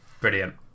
Brilliant